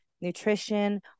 nutrition